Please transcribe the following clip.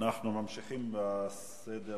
אנחנו ממשיכים בסדר